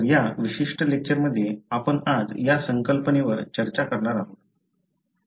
तर या विशिष्ट लेक्चरमध्ये आपण आज या संकल्पनेवर चर्चा करणार आहोत